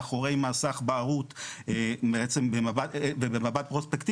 מאחורי מסך בהרות ובמבט פרוספקטיבי.